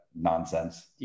nonsense